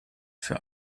für